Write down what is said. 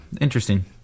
interesting